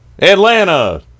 atlanta